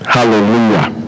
Hallelujah